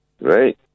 right